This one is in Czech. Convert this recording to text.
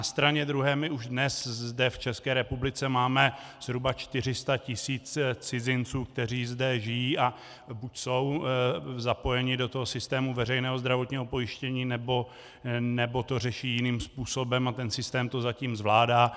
Na straně druhé my už dnes zde v České republice máme zhruba 400 tisíc cizinců, kteří zde žijí a buď jsou zapojeni do systému veřejného zdravotního pojištění, nebo to řeší jiným způsobem, a ten systém to zatím zvládá.